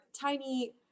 tiny